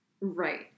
right